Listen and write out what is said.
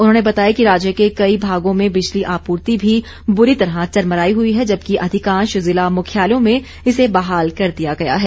उन्होंने बताया कि राज्य के कई भागों में बिजली आपूर्ति भी बुरी तरह चरमराई हुई है जबकि अधिकांश जिला मुख्यालयों में इसे बहाल कर दिया गया है